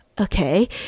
okay